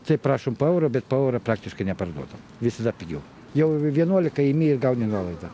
tai prašom po eurą bet po eurą praktiškai neparduodam visada pigiau jau vienuolika imi ir gauni nuolaidą